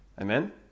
Amen